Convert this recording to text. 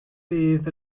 fydd